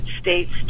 states